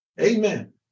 Amen